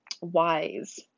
wise